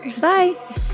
Bye